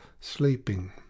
sleeping